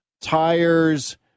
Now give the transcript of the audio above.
tires